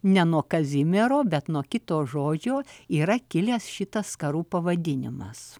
ne nuo kazimiero bet nuo kito žodžio yra kilęs šitas skarų pavadinimas